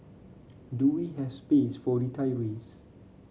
do we have space for retirees